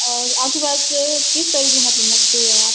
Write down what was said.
اور آپ کے پاس کس طرح کی مطلب مچھلی ہے آپ